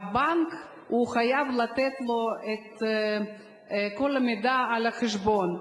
והבנק חייב לתת לו את כל המידע על החשבון.